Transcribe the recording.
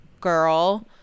girl